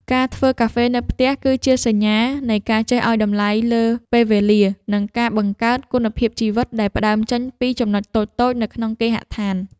ការធ្វើកាហ្វេនៅផ្ទះ គឺជាសញ្ញានៃការចេះឱ្យតម្លៃលើពេលវេលា និងការបង្កើតគុណភាពជីវិតដែលផ្ដើមចេញពីចំណុចតូចៗនៅក្នុងគេហដ្ឋាន។